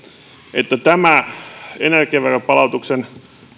että tämä energiaveron palautuksen